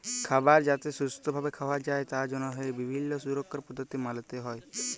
খাবার যাতে সুস্থ ভাবে খাওয়া যায় তার জন্হে বিভিল্য সুরক্ষার পদ্ধতি মালতে হ্যয়